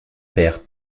père